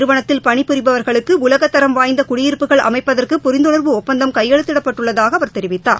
நிறுவனத்தில் பணிபுரிபவர்களுக்குஉலகதரம் வாய்ந்தகுடியிருப்புகள் அமைப்பதற்கு பாஸ்கான் புரிந்துணர்வு ஒப்பந்தம் கையெத்திடப்பட்டுள்ளதாகஅவர் தெரிவித்தார்